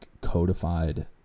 codified